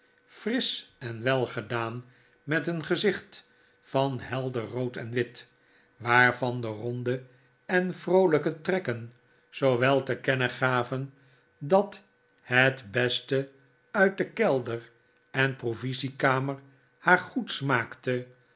frisch en welgedaan met een gezicht van helder rood en wit waarvan de ronde en vroolijke trekken zoowel te kennen gaven in de blauwe draak dat het beste uit kelder en provisiekamer haar goed smaakte